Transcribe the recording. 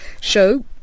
show